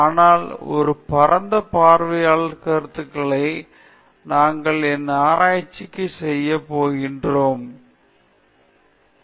ஆனால் ஒரு பரந்த பார்வையாளர்கள் கருத்துக்கள் நாங்கள் என்ன ஆராய்ச்சி செய்கிறோம் யார் உண்மையில் சிறந்த ஆராய்ச்சி செய்கிறார் என்ற தெரிவுநிலை அதிகரிக்கும்